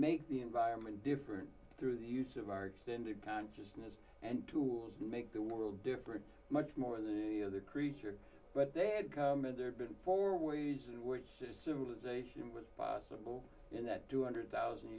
make the environment different through the use of our extended consciousness and tools make the ready world different much more than any other creature but they had there been four ways in which civilization was possible in that two hundred thousand